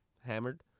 hammered